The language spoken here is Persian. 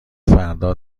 فردا